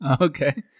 Okay